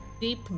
deep